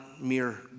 mere